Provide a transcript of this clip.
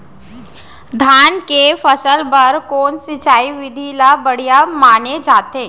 धान के फसल बर कोन सिंचाई विधि ला बढ़िया माने जाथे?